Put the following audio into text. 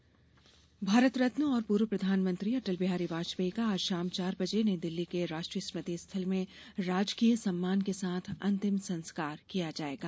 अटल बिहारी वाजपेयी भारत रत्न और पूर्व प्रधानमंत्री अटल बिहारी वाजपेयी का आज शाम चार बजे नईदिल्ली के राष्ट्रीय स्मृति स्थल में राजकीय सम्मान के साथ अंतिम संस्कार किया जायेगा